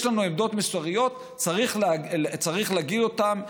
יש לנו עמדות מוסריות, צריך להגיד אותן.